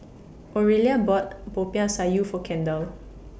Oralia bought Popiah Sayur For Kendal